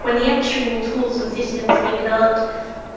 when the actual tools and systems being developed